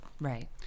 Right